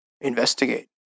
investigate